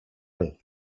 vez